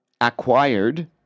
acquired